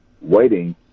waiting